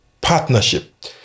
partnership